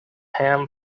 ham